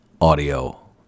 Audio